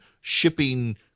shipping